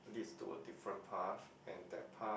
leads to a different path and that path